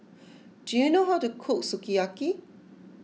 do you know how to cook Sukiyaki